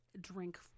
drink